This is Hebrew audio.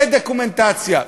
בדוקומנטציה,